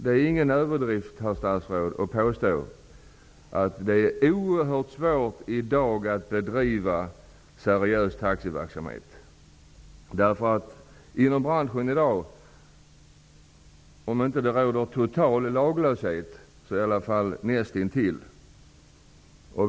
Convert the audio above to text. Det är ingen överdrift, herr statsråd, att påstå att det i dag är oerhört svårt att bedriva seriös taxiverksamhet. Det råder om inte total laglöshet, så nästintill, inom branschen.